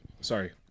sorry